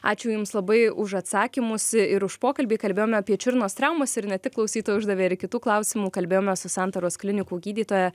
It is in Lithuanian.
ačiū jums labai už atsakymus ir už pokalbį kalbėjome apie čiurnos traumas ir ne tik klausytojai uždavė ir kitų klausimų kalbėjome su santaros klinikų gydytoja